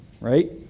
Right